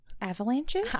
Avalanches